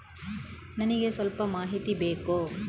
ನನಿಗೆ ಸ್ವಲ್ಪ ಮಾಹಿತಿ ಬೇಕು